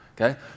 okay